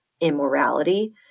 immorality